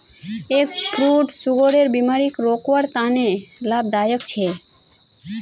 egg fruit सुगरेर बिमारीक रोकवार तने लाभदायक छे